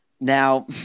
Now